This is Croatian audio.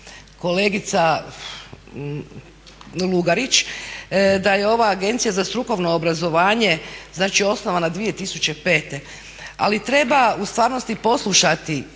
kolegica Lugarić da je ova Agencija za strukovno obrazovanje znači osnovana 2005. ali treba u stvarnosti poslušati